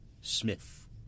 Smith